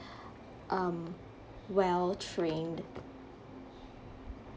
um well trained